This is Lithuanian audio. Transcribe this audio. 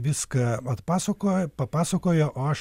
viską atpasakojo papasakojo o aš